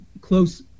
close